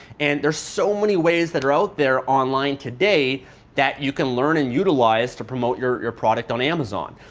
and there are so many ways that are out there online today that you can learn and utilize to promote your your product on amazon.